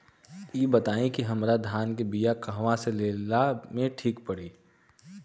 इ बताईं की हमरा धान के बिया कहवा से लेला मे ठीक पड़ी?